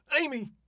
Amy